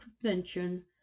convention